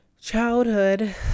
childhood